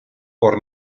por